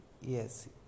Yes